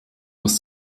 muss